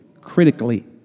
critically